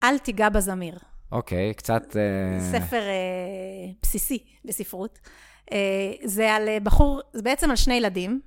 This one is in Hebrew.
אל תיגע בזמיר. אוקיי, קצת... ספר בסיסי בספרות. זה על בחור... זה בעצם על שני ילדים.